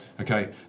Okay